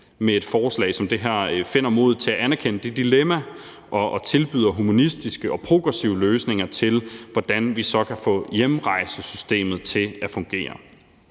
med et forslag som det her finder modet til at anerkende det dilemma og tilbyder humanistiske og progressive løsninger til, hvordan vi så kan få hjemrejsesystemet til at fungere.